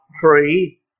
tree